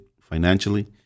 financially